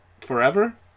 Forever